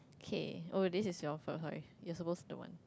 okay oh this is your first you're supposed the one